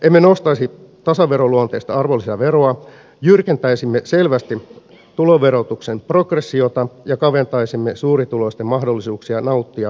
emme nostaisi tasaveroluonteista arvonlisäveroa jyrkentäisimme selvästi tuloverotuksen progressiota ja kaventaisimme suurituloisten mahdollisuuksia nauttia verovapaista osingoista